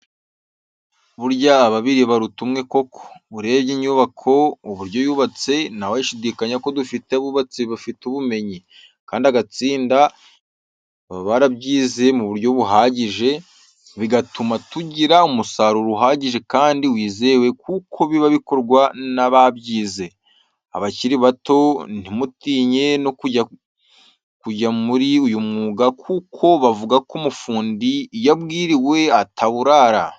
Burya ababiri baruta umwe koko, urebye inyubako uburyo yubatse ntawashidikanya ko dufite abubatsi bafite ubumenyi, kandi agatsinda baba barabyize mu buryo buhagije, bigatuma tugira umusaruro uhagije kandi wizewe kuko biba bikorwa n'ababyize. Abakiri bato ntimutinye no kujya muri uyu mwuga kuko bavugako umufundi iyo abwiriwe ataburara.